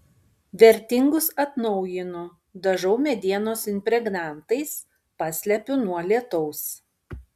vertingus atnaujinu dažau medienos impregnantais paslepiu nuo lietaus